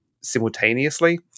simultaneously